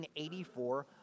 1984